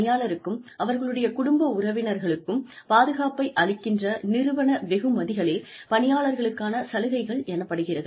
பணியாளருக்கும் அவர்களுடைய குடும்ப உறுப்பினர்களுக்கும் பாதுகாப்பை அளிக்கின்ற நிறுவன வெகுமதிகளே பணியாளருக்கான சலுகைகள் எனப்படுகிறது